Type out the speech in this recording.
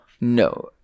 No